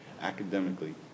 academically